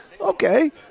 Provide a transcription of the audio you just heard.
Okay